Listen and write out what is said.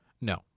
No